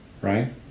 right